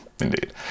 indeed